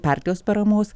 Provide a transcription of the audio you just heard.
partijos paramos